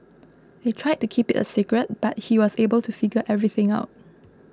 they tried to keep it a secret but he was able to figure everything out